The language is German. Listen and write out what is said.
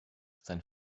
sein